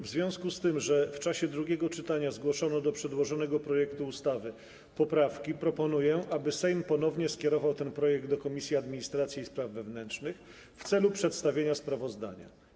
W związku z tym, że w czasie drugiego czytania zgłoszono do przedłożonego projektu ustawy poprawki, proponuję, aby Sejm ponownie skierował ten projekt do Komisji Administracji i Spraw Wewnętrznych w celu przedstawienia sprawozdania.